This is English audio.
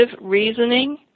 reasoning